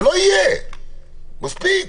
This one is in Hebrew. זה לא יהיה, מספיק.